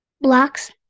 Blocks